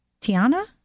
Tiana